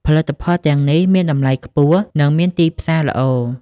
ផលិតផលទាំងនេះមានតម្លៃខ្ពស់ និងមានទីផ្សារល្អ។